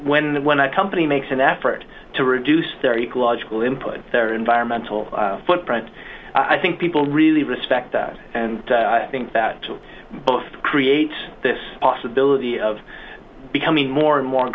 when when i company makes an effort to reduce their ecological input their environmental footprint i think people really respect that and i think that both creates this possibility of becoming more and more